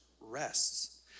rests